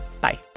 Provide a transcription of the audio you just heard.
bye